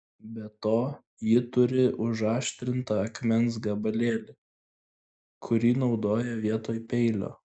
be to ji turi užaštrintą akmens gabalėlį kurį naudoja vietoj peilio